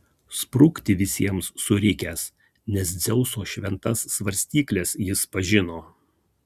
sprukti visiems surikęs nes dzeuso šventas svarstykles jis pažino